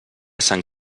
sant